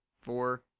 Four